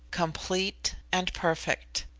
complete and perfect.